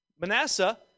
Manasseh